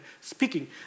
speaking